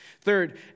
Third